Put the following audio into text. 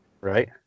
Right